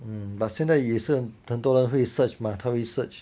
mm but 现在也是很多人会 search mah 他会 search